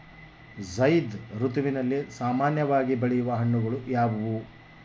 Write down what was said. ಝೈಧ್ ಋತುವಿನಲ್ಲಿ ಸಾಮಾನ್ಯವಾಗಿ ಬೆಳೆಯುವ ಹಣ್ಣುಗಳು ಯಾವುವು?